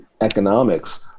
economics